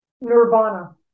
Nirvana